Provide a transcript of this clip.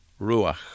ruach